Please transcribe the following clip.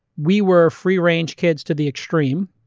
we were free range kids to the extreme.